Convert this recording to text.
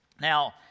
Now